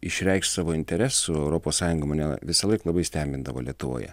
išreikšt savo interesų europos sąjunga mane visąlaik labai stebindavo lietuvoje